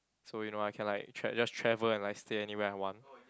so you know I can like tra~ just travel and like stay anywhere I want